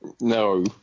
No